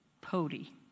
Pody